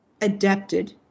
adapted